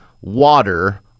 water